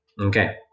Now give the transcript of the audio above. Okay